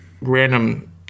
random